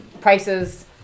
prices